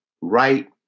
right